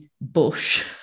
bush